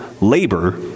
labor